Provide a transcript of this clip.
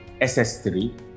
ss3